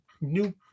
new